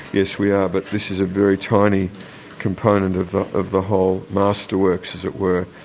yes, we are, but this is a very tiny component of the of the whole master works, as it were.